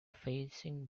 facing